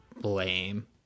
blame